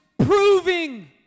proving